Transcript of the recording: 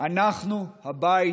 "אנחנו הבית